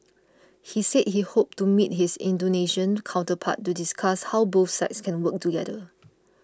he said he hoped to meet his Indonesian counterpart to discuss how both sides can work together